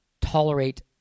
tolerate